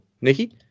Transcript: Nikki